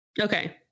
Okay